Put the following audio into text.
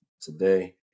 today